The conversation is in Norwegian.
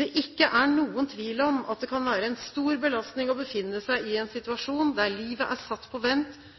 «det ikke er noen tvil om at det kan være en stor belastning å befinne seg i en situasjon der livet er satt på vent,